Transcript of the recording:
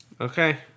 Okay